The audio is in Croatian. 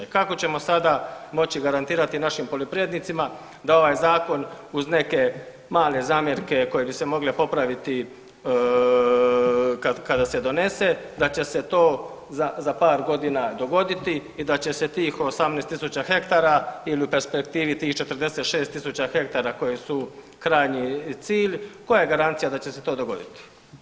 I kako ćemo sada moći garantirati našim poljoprivrednicima da ovaj zakon uz neke male zamjerke koje bi se mogle popraviti kada se donese da će se to za par godina dogoditi i da će se tih 18.000 hektara ili u perspektivi tih 46.000 koje su krajnji cilj, koja je garancija da će se to dogoditi?